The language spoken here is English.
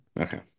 Okay